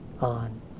on